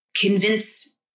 convince